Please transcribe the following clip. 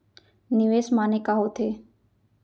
निवेश माने का होथे?